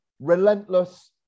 Relentless